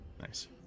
Nice